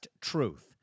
Truth